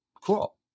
cool